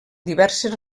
diverses